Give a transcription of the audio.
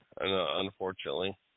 unfortunately